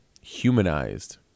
humanized